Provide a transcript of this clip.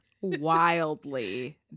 wildly